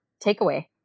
takeaway